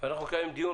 אנחנו מקיימים פה דיון